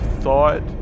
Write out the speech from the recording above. thought